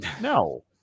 No